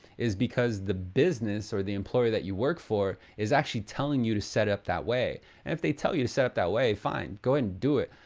is because the business or the employer that you work for, is actually telling you to set up that way. and if they tell you to set up that way, fine, go ahead and do it.